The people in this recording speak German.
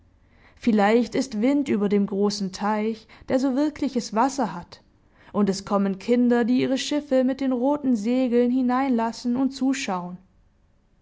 vielleicht ist wind über dem großen teich der so wirkliches wasser hat und es kommen kinder die ihre schiffe mit den roten segeln hineinlassen und zuschauen